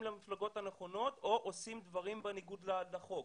למפלגות הנכונות או עושים דברים בניגוד לחוק,